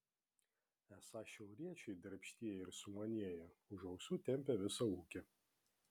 esą šiauriečiai darbštieji ir sumanieji už ausų tempią visą ūkį